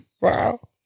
Wow